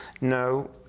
No